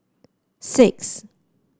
six